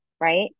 Right